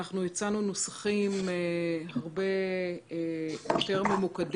הצענו נוסחים יותר ממוקדים.